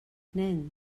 nen